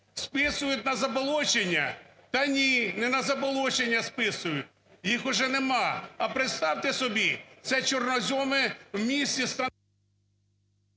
Списують на заболочення? Та ні, не на заболочення списують, їх уже нема. А представте собі, це чорноземи у… ГОЛОВУЮЧИЙ.